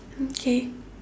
okay